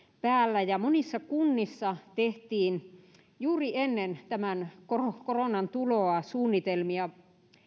päällä ja monissa kunnissa tehtiin juuri ennen koronan tuloa suunnitelmia